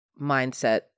mindset